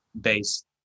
Based